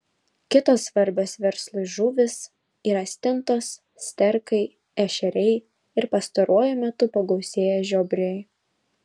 kitos svarbios verslui žuvys yra stintos sterkai ešeriai ir pastaruoju metu pagausėję žiobriai